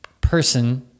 person